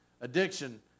Addiction